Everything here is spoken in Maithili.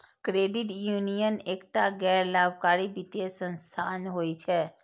क्रेडिट यूनियन एकटा गैर लाभकारी वित्तीय संस्थान होइ छै